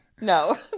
No